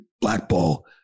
blackball